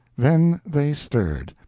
then they stirred,